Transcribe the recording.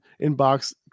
inbox